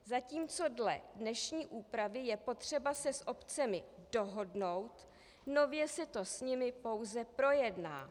Zatímco dle dnešní úpravy je potřeba se s obcemi dohodnout, nově se to s nimi pouze projedná.